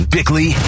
Bickley